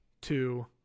two